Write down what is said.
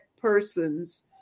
persons